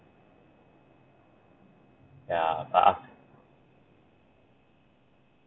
yeah but aft~